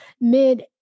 mid